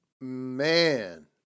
Man